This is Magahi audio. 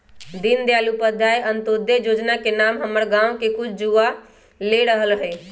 दीनदयाल उपाध्याय अंत्योदय जोजना के नाम हमर गांव के कुछ जुवा ले रहल हइ